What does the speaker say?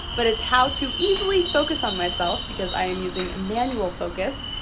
but it's how to easily focus on myself because i am using a manual focus.